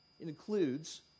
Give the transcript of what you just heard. includes